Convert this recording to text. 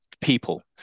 people